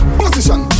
position